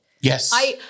Yes